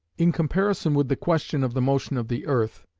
in comparison with the question of the motion of the earth,